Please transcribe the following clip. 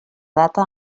data